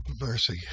mercy